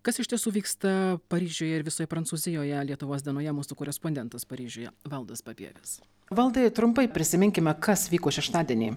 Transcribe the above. kas iš tiesų vyksta paryžiuje ir visoje prancūzijoje lietuvos dienoje mūsų korespondentas paryžiuje valdas papievis valdai trumpai prisiminkime kas vyko šeštadienį